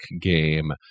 game